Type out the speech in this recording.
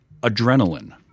Adrenaline